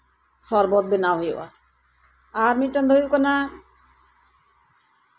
ᱥᱚᱨᱵᱚᱛ ᱵᱮᱱᱟᱣ ᱦᱩᱭᱩᱜᱼᱟ ᱟᱨ ᱢᱤᱫᱴᱮᱱ ᱫᱚ ᱦᱩᱭᱩᱜ ᱠᱟᱱᱟ